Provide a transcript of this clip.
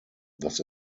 das